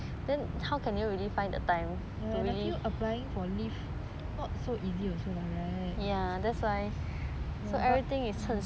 ya and I feel applying for leave not so easy also lah right but